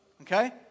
okay